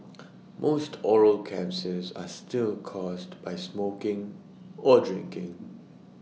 most oral cancers are still caused by smoking or drinking